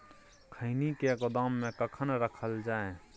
खैनी के गोदाम में कखन रखल जाय?